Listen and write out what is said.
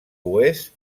oest